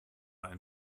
and